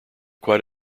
quite